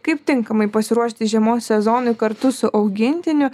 kaip tinkamai pasiruošti žiemos sezonui kartu su augintiniu